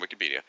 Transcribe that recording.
Wikipedia